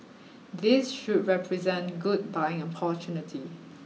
this should represent good buying opportunity